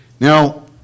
Now